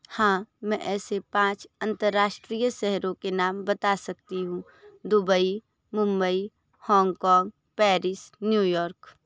हाँ मैं ऐसे पाँच अंतरराष्ट्रीय शहरों के नाम बता सकती हूँ Dubai Mumbai Hong Kong Paris New York